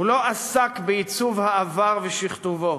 הוא לא עסק בעיצוב העבר ושכתובו,